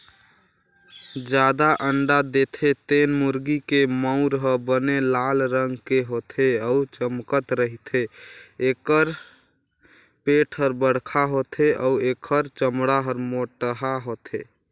जादा अंडा देथे तेन मुरगी के मउर ह बने लाल रंग के होथे अउ चमकत रहिथे, एखर पेट हर बड़खा होथे अउ एखर चमड़ा हर मोटहा होथे